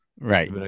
right